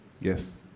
Yes